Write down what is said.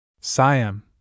Siam